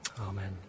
Amen